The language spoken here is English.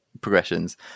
progressions